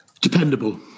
Dependable